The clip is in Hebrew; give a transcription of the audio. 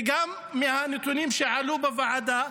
וגם מהנתונים שעלו בוועדה,